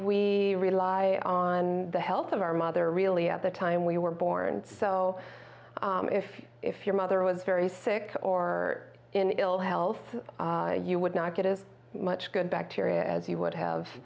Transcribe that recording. we rely on the health of our mother really at the time we were born so if if your mother was very sick or in ill health you would not get as much good bacteria as you would